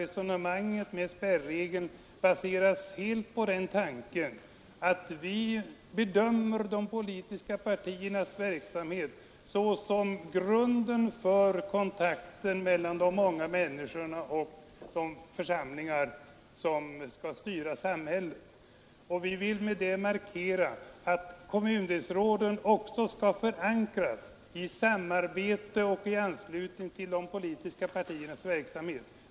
Resonemanget om spärregeln baseras helt på den tanken att vi bedömer de politiska partiernas verksamhet såsom grunden för kontakten mellan de många människorna och de församlingar som skall styra samhället. Vi vill med det markera att kommundelsråden också skall förankras i samarbete med de politiska partiernas verksamhet.